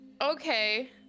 okay